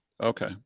Okay